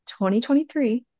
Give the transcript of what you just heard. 2023